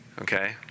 okay